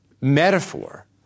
metaphor